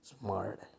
smart